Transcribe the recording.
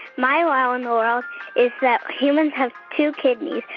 my wow in the world is that humans have two kidneys,